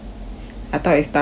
I thought is dao pok